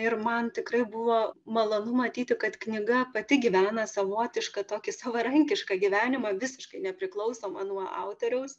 ir man tikrai buvo malonu matyti kad knyga pati gyvena savotišką tokį savarankišką gyvenimą visiškai nepriklausomą nuo autoriaus